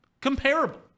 comparable